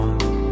One